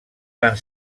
van